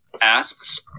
asks